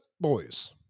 Boys